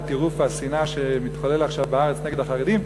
על טירוף השנאה שמתחולל עכשיו בארץ נגד החרדים.